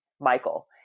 Michael